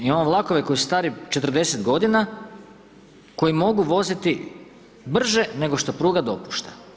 Mi imamo vlakove koji su stari 40 g. koji mogu voziti brže nego što pruga dopušta.